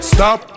Stop